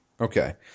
Okay